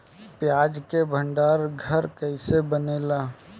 प्याज के भंडार घर कईसे बनेला?